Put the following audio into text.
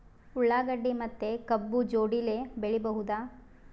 ಉಳ್ಳಾಗಡ್ಡಿ ಮತ್ತೆ ಕಬ್ಬು ಜೋಡಿಲೆ ಬೆಳಿ ಬಹುದಾ?